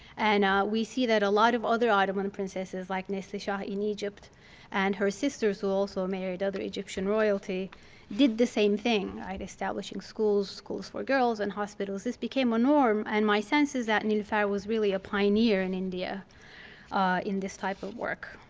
and we see that a lot of other ottoman princesses like neslishah in egypt and her sisters who also married other egyptian royalty did the same thing by establishing schools, schools for girls and hospitals. this became a norm and my sense is that niloufer was really a pioneer in india in this type of work.